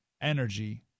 energy